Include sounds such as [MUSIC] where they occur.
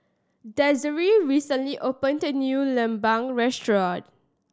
Desiree recently opened [UNINTELLIGIBLE] new lemang restaurant